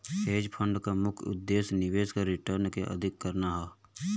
hedge fund क मुख्य उद्देश्य निवेश के रिटर्न के अधिक करना हौ